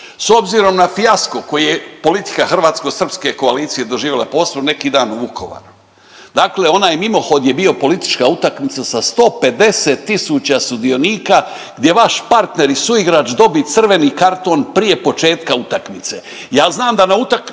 s obzirom na fijasko koji je politika hrvatsko-srpske koalicije doživjela…/Govornik se ne razumije./…neki dan u Vukovaru, dakle onaj mimohod je bio politička utakmica sa 150 tisuća sudionika gdje vaš partner i suigrač dobi crveni karton prije početka utakmice. Ja znam da na utak…,